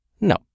No